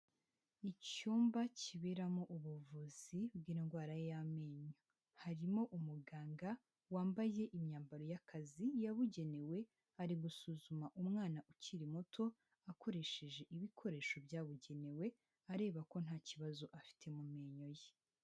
Icyumba kiberamo ubuvuzi bw'indwara y'amenyo, harimo umuganga wambaye imyambaro y'akazi yabugenewe, ari gusuzuma umwana ukiri muto akoresheje ibikoresho byabugenewe, areba ko nta kibazo afite mu menyo ye.